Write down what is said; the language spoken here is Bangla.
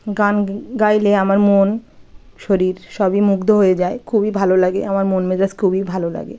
গান গাইলে আমার মন শরীর সবই মুগ্ধ হয়ে যায় খুবই ভালো লাগে আমার মন মেজাজ খুবই ভালো লাগে